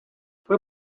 fue